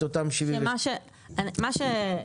הוא מחשיפה